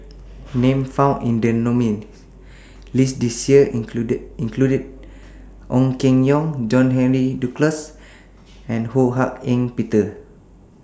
Names found in The nominees' list This Year include Ong Keng Yong John Henry Duclos and Ho Hak Ean Peter